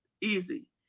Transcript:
easy